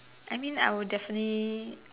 I mean I will definitely